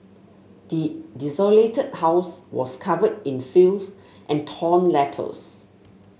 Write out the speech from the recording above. the desolated house was covered in filth and torn letters